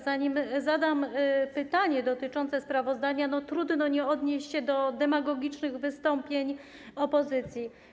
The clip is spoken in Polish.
Zanim zadam pytanie dotyczące sprawozdania, powiem, że trudno nie odnieść się do demagogicznych wystąpień opozycji.